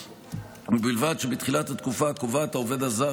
ובלבד שבתחילת התקופה הקובעת העובד הזר